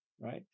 right